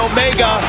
Omega